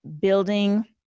building